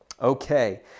Okay